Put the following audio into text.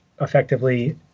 effectively